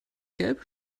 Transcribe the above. gelb